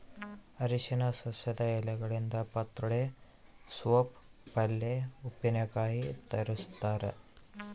ಅರಿಶಿನ ಸಸ್ಯದ ಎಲೆಗಳಿಂದ ಪತ್ರೊಡೆ ಸೋಪ್ ಪಲ್ಯೆ ಉಪ್ಪಿನಕಾಯಿ ತಯಾರಿಸ್ತಾರ